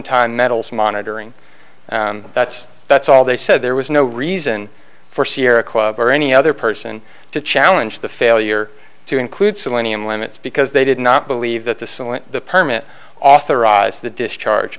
time metals monitoring that's that's all they said there was no reason for sierra club or any other person to challenge the failure to include selenium limits because they did not believe that the solent the permit authorized the discharge